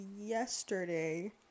yesterday